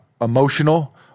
emotional